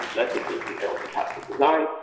that's a safety error with a passive design.